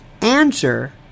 answer